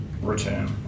return